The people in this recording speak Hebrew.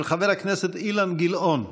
של חבר הכנסת אילן גילאון.